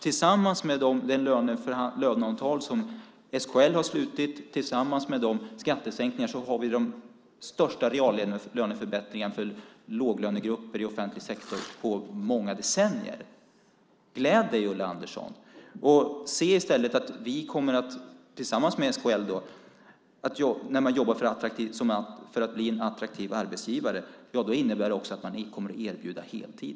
Genom det löneavtal som SKL har slutit tillsammans med skattesänkningarna har vi nu de största reallöneförbättringarna för låglönegrupper i offentlig sektor på många decennier. Gläd dig, Ulla Andersson! När SKL jobbar för att bli en attraktiv arbetsgivare innebär det även att man kommer att erbjuda heltid.